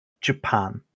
Japan